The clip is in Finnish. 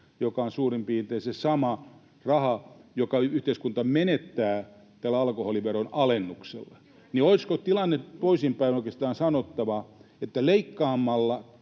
joka on suurin piirtein se sama raha, jonka yhteiskunta menettää tällä alkoholiveron alennuksella. [Katri Kulmuni: Juuri näin!] Olisiko tilanne toisinpäin oikeastaan sanottava niin, että leikkaamalla